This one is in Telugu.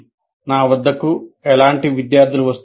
నా వద్దకు ఎలాంటి విద్యార్థులు వస్తున్నారు